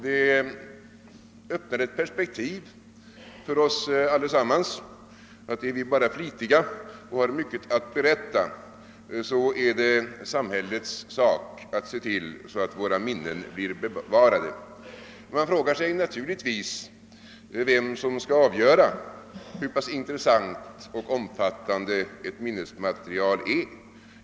Det öppnar ett perspektiv. för oss allesammans. Är vi bara flitiga och har mycket att berätta så är det samhällets sak att se till att våra minnen blir bevarade. Man frågar sig naturligtvis vem som skall avgöra hur pass intressant och omfattande ett minnesmaterial är.